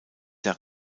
der